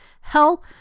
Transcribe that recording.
Hell